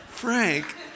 Frank